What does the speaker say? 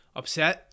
upset